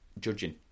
judging